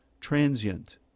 transient